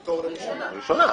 ראשונה.